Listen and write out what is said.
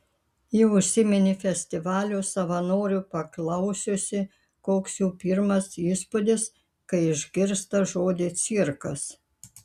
ji užsiminė festivalio savanorių paklausiusi koks jų pirmas įspūdis kai išgirsta žodį cirkas